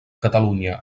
catalunya